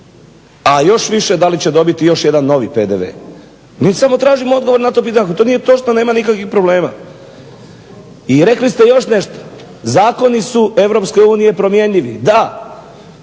a još više da li će dobiti još jedan novi PDV. Mi samo tražimo odgovor na to pitanje. Ako to nije točno nema nikakvih problema. I rekli ste još nešto. Zakoni su Europske unije promjenjivi. Da